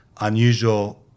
unusual